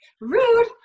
rude